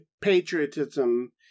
patriotism